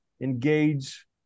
engage